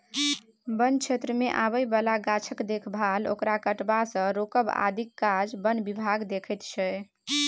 बन क्षेत्रमे आबय बला गाछक देखभाल ओकरा कटबासँ रोकब आदिक काज बन विभाग देखैत छै